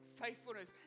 faithfulness